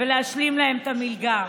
ולהשלים להם את המלגה.